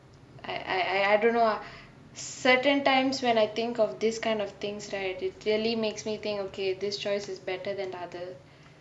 I I I don't know ah certain times when I think of this kind of things right it clearly makes me think okay this choice is better than other